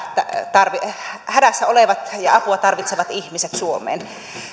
hädässä olevat ja apua tarvitsevat ihmiset suomeen myöskin